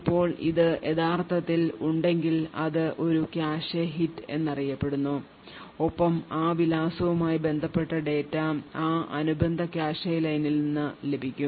ഇപ്പോൾ അത് യഥാർത്ഥത്തിൽ ഉണ്ടെങ്കിൽഅത് ഒരു കാഷെ ഹിറ്റ് എന്ന് അറിയപ്പെടുന്നു ഒപ്പം ആ വിലാസവുമായി ബന്ധപ്പെട്ട ഡാറ്റ ആ അനുബന്ധ കാഷെ ലൈനിൽ നിന്ന് ലഭിക്കും